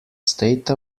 state